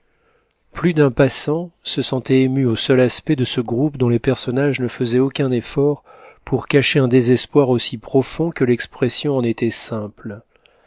plus d'un passant se sentait ému au seul aspect de ce groupe dont les personnages ne faisaient aucun effort pour cacher un désespoir aussi profond que l'expression en était simple